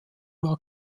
war